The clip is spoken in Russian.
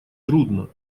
трудно